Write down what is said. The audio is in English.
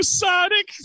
sonic